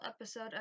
episode